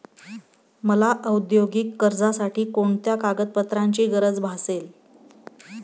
मला औद्योगिक कर्जासाठी कोणत्या कागदपत्रांची गरज भासेल?